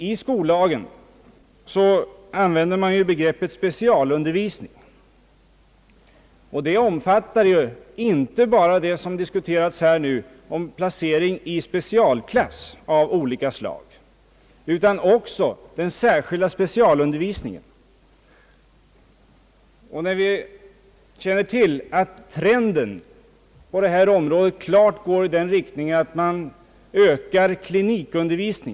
I skollagen används begreppet »specialundervisning», vilket omfattar inte bara undervisning i specialklass av olika slag, utan också den särskilda specialundervisningen. Trenden på specialundervisningens område «går klart i riktning mot att öka den särskilda specialundervisningen, d. v. s. klinikundervisning.